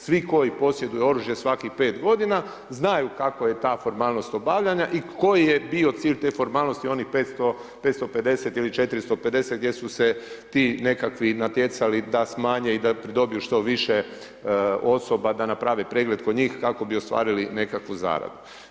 Svi koji posjeduju oružje svakih 5 godina znaju kako je ta formalnost obavljanja i koji je bio cilj te formalnosti onih 550 ili 450 gdje su se ti nekakvi natjecali da smanje i da pridobiju što više osoba da naprave pregled kod njih kako bi ostvarili nekakvu zaradu.